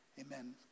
amen